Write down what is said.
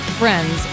friends